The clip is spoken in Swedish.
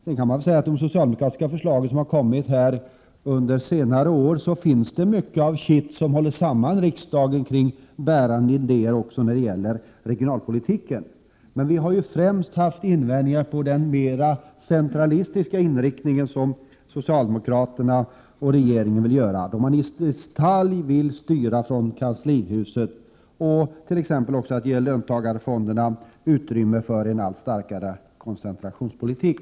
Sedan kan man om de socialdemokratiska förslag som kommit under senare år säga att det finns mycket av kitt som håller samman riksdagen kring bärande idéer när det gäller regionalpolitiken. Vi har främst haft invändningar mot den mer centralistiska inriktning som socialdemokraternas och regeringens förslag har. Man vill i detalj styra från kanslihuset och t.ex. ge löntagarfonderna utrymme för en allt starkare koncentrationspolitik.